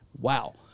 Wow